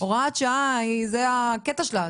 הוראת שעה זה הקטע שלה.